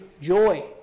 joy